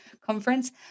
conference